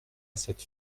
cette